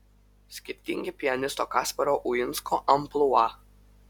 skirtingi pianisto kasparo uinsko amplua